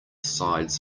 sides